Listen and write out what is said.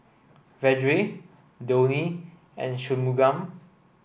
Vedre Dhoni and Shunmugam